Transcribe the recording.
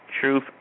truth